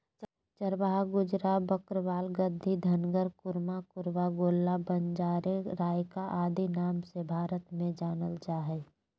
चरवाहा गुज्जर, बकरवाल, गद्दी, धंगर, कुरुमा, कुरुबा, गोल्ला, बंजारे, राइका आदि नाम से भारत में जानल जा हइ